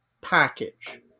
package